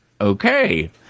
okay